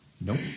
Nope